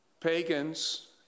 pagans